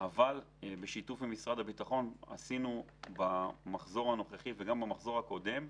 אבל בשיתוף משרד הביטחון עשינו במחזור הנוכחי וגם במחזור הקודם,